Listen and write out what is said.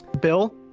Bill